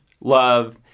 love